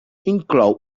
inclou